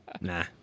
Nah